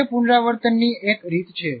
તે પુનરાવર્તન ની એક રીત છે